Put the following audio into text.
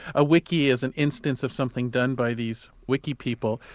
a wiki is an instance of something done by these wiki people,